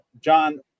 John